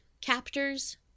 captors